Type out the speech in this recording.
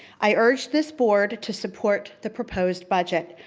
i urge this board to support the proposed budget.